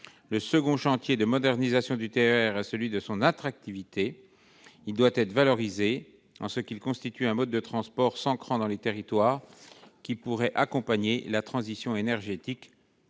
Le second chantier de modernisation du TER est celui de son attractivité. Il doit être valorisé, car il constitue un mode de transport s'ancrant dans les territoires de nature à accompagner la transition énergétique.